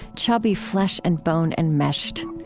chubby flesh and bone enmeshed.